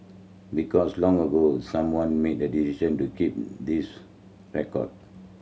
because long ago someone made the decision to keep these record